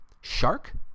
Shark